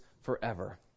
forever